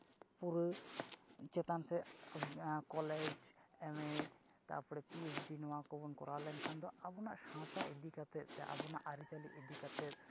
ᱯᱩᱨᱟᱹ ᱪᱮᱛᱟᱱ ᱥᱮᱫ ᱠᱚᱞᱮᱡᱽ ᱮᱢ ᱮ ᱛᱟᱯᱚᱨᱮ ᱯᱤᱮᱭᱤᱪᱰᱤ ᱱᱚᱣᱟ ᱠᱚᱵᱚᱱ ᱠᱚᱨᱟᱣ ᱞᱮᱱᱠᱷᱟᱱ ᱫᱚ ᱟᱵᱚᱱᱟᱜ ᱥᱟᱶᱛᱟ ᱤᱫᱤ ᱠᱟᱛᱮᱫ ᱥᱮ ᱟᱵᱚᱱᱟᱜ ᱟᱹᱨᱤᱪᱟᱹᱞᱤ ᱤᱫᱤ ᱠᱟᱛᱮᱫ